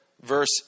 verse